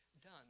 done